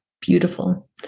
Beautiful